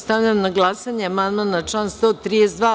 Stavljam na glasanje amandman na član 117.